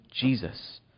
jesus